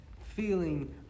feeling